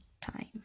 time